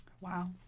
Wow